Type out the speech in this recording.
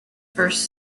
first